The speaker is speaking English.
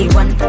one